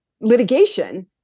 litigation